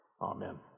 Amen